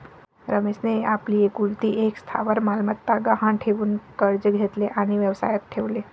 रमेशने आपली एकुलती एक स्थावर मालमत्ता गहाण ठेवून कर्ज घेतले आणि व्यवसायात ठेवले